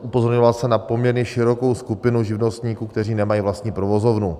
Upozorňoval jsem na poměrně širokou skupinu živnostníků, kteří nemají vlastní provozovnu.